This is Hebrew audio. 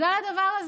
עובדים עם זה